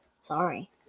Sorry